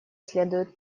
следует